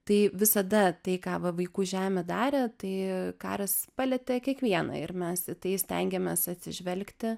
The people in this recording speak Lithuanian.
tai visada tai ką va vaikų žemė darė tai karas palietė kiekvieną ir mes į tai stengiamės atsižvelgti